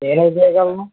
నేను ఏమి చేయగలను